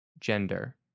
gender